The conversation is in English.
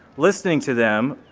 listening to them,